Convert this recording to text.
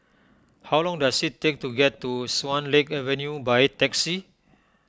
how long does it take to get to Swan Lake Avenue by taxi